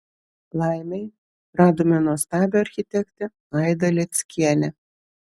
laimei radome nuostabią architektę aidą leckienę